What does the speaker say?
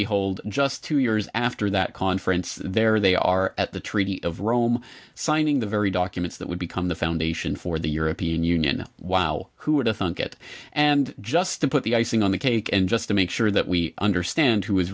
behold just two years after that conference there they are at the treaty of rome signing the very documents that would become the foundation for the european union wow who woulda thunk it and just to put the icing on the cake and just to make sure that we understand who